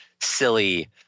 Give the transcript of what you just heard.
silly